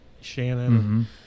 Shannon